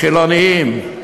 חילונים,